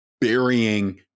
burying